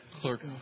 Clerk